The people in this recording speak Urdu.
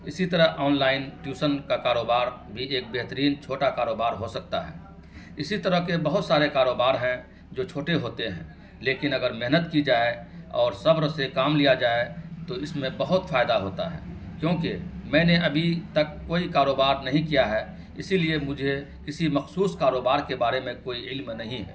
اسی طرح آن لائن ٹیوشن کا کاروبار بھی ایک بہترین چھوٹا کاروبار ہو سکتا ہے اسی طرح کے بہت سارے کاروبار ہیں جو چھوٹے ہوتے ہیں لیکن اگر محنت کی جائے اور صبر سے کام لیا جائے تو اس میں بہت فائدہ ہوتا ہے کیونکہ میں نے ابھی تک کوئی کاروبار نہیں کیا ہے اسی لیے مجھے کسی مخصوص کاروبار کے بارے میں کوئی علم نہیں ہے